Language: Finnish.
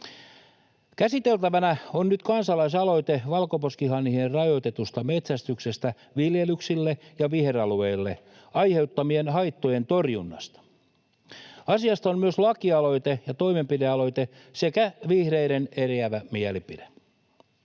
Käsiteltävänä on nyt kansalaisaloite valkoposkihanhien rajoitetusta metsästyksestä viljelyksille ja viheralueille aiheutuvien haittojen torjunnasta. Asiasta on myös lakialoite ja toimenpidealoite sekä vihreiden eriävä mielipide.